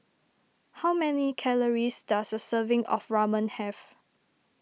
how many calories does a serving of Ramen have